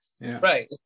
Right